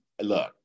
Look